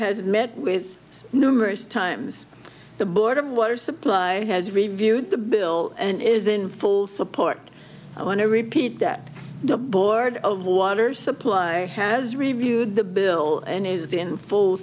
has met with numerous times the board of water supply has reviewed the bill and is in full support i want to repeat that the board of water supply has reviewed the bill and is the in full